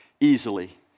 easily